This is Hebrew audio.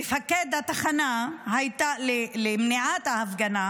מפקד התחנה למניעת ההפגנה,